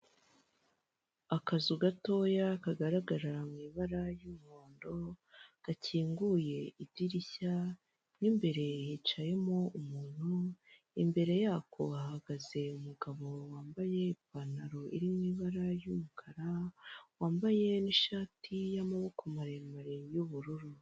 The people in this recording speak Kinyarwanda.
Akazu gatoya kagarara mu ibara ry'umuhondo gakinguye idirishya mu imbere hicayemo umuntu, imbere yako hahagaze umugabo wambaye ipantaro irimo ibara ry'umukara wambaye n'ishati y'amaboko maremare y'ubururu.